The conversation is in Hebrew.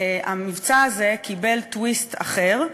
המבצע הזה קיבל טוויסט אחר,